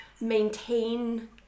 maintain